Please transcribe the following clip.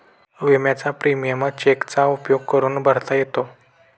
विम्याचा प्रीमियम चेकचा उपयोग करून भरता येतो